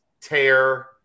tear